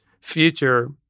future